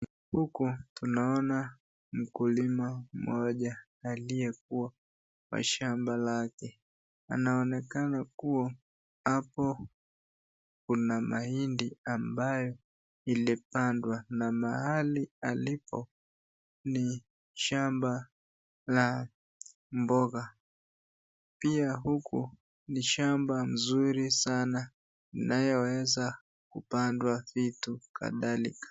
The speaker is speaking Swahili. Huku tunaona mkulima mmoja aliyekuwa kwa shamba lake. Anaonekana kuwa hapo kuna mahindi ambayo ilipandwa na mahali alipo ni shamba la mboga. Pia huku ni shamba mzuri sana inayoweza kupandwa vitu kadhalika.